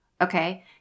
Okay